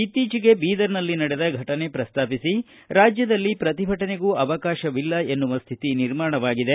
ಇತ್ತೀಚಿಗೆ ಬೀದರ್ನಲ್ಲಿ ನಡೆದ ಫಟನೆ ಪ್ರಸ್ತಾಪಿಸಿ ರಾಜ್ಯದಲ್ಲಿ ಪ್ರತಿಭಟನೆಗೂ ಅವಕಾಶವಿಲ್ಲ ಎನ್ನುವ ಸ್ಥಿತಿ ನಿರ್ಮಾಣವಾಗಿದೆ